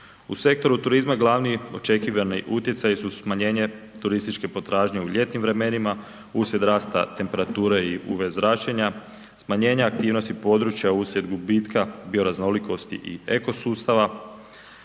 U sektoru turizma glavni očekivani utjecaji su smanjenje turističke potražnje u ljetnim vremenima uslijed rasta temperature i UV zračenja, smanjenja aktivnosti područja uslijed gubitka bioraznolikosti i ekosustava.